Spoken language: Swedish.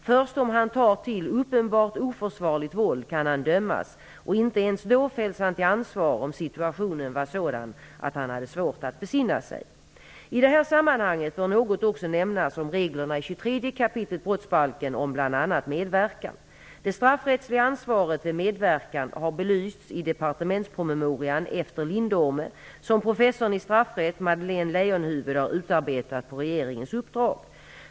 Först om han tar till uppenbart oförsvarligt våld kan han dömas, och inte ens då fälls han till ansvar om situationen var sådan att han hade svårt att besinna sig. I det här sammanhanget bör något också nämnas om reglerna i 23 kap. brottsbalken om bl.a. medverkan. Det straffrättsliga ansvaret vid medverkan har belysts i departementspromemorian Efter Lindome, som professorn i straffrätt, Madeleine Leijonhufvud, har utarbetat på regeringens uppdrag.